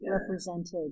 represented